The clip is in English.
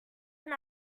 when